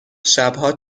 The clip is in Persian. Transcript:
شبها